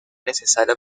necesario